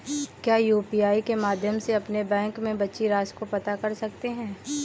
क्या यू.पी.आई के माध्यम से अपने बैंक में बची राशि को पता कर सकते हैं?